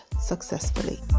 successfully